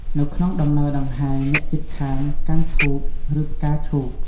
នៅក្នុងដំណើរដង្ហែ អ្នកជិតខាងកាន់ធូក ឬផ្កាឈូក។